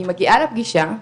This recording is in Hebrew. היא מגיעה לפגישה,